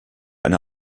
eine